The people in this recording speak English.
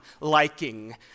liking